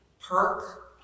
Perk